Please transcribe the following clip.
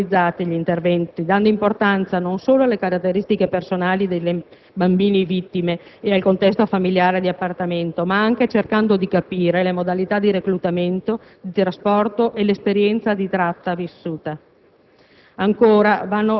vanno poi contestualizzati, dando importanza, non solo alle caratteristiche personali dei bambini vittime ed al contesto familiare di appartenenza, ma anche cercando di capire le modalità di reclutamento, di trasporto e l'esperienza di tratta vissuta.